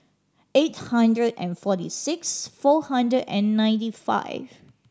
eight hundred and forty six four hundred and ninety five